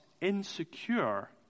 insecure